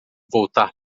voltar